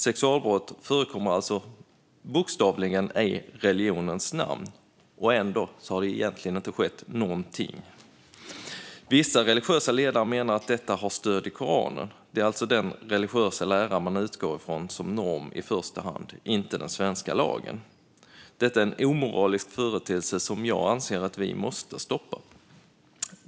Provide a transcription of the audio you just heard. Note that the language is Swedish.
Sexualbrott förekommer alltså bokstavligt talat i religionens namn, och ändå har det inte skett någonting. Vissa religiösa ledare menar att detta har stöd i Koranen. Det är alltså den religiösa läran man utgår från som norm i första hand - inte den svenska lagen. Detta är en omoralisk företeelse som jag anser att vi måste stoppa.